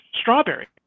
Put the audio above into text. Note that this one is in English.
strawberry